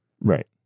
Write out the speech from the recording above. Right